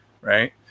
right